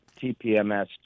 TPMS